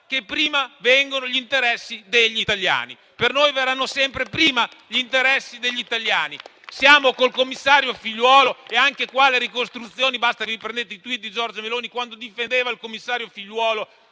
che prima vengono gli interessi degli italiani. Per noi verranno sempre prima gli interessi degli italiani. Siamo con il commissario Figliuolo e riguardo alle ricostruzioni basta che prendiate tutti i *tweet* di Giorgia Meloni quando difendeva il commissario Figliuolo